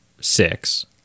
six